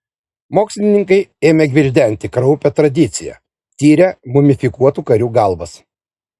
mokslininkai ėmė gvildenti kraupią tradiciją tiria mumifikuotas karių galvas